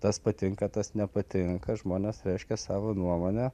tas patinka tas nepatinka žmonės reiškė savo nuomonę